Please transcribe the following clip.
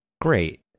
great